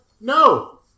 No